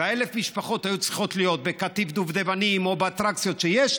ו-1,000 המשפחות היו צריכות להיות בקטיף דובדבנים או באטרקציות שיש,